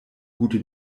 gute